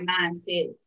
mindset